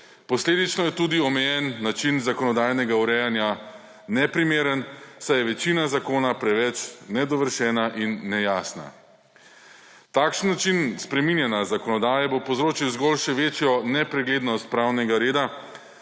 Posledično je tudi omejen način zakonodajnega urejanja neprimeren, saj večina zakona preveč nedovršena in nejasna. Takšen način spreminjanja zakonodaje bo povzročil zgolj še večjo nepreglednost pravnega reda,